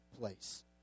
place